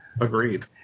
Agreed